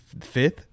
Fifth